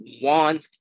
one